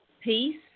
peace